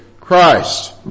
Christ